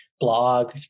blog